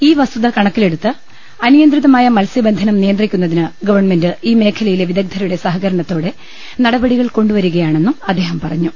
ഈ വസ്തുത കണ ക്കിലെടുത്ത് അനിയന്ത്രിതമായ മത്സ്യബന്ധനം നിയന്ത്രിക്കുന്നതിന് ഗവൺമെന്റ് ഈ മേഖലയിലെ വിദഗ്ധരുടെ സഹകരണത്തോടെ നടപ ടികൾ കൈകൊണ്ടുവരികയാണെന്നും അദ്ദേഹം പറഞ്ഞു